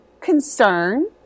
concern